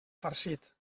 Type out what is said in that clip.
farcit